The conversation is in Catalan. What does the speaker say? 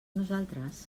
nosaltres